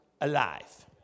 alive